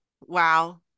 wow